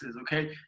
okay